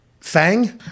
Fang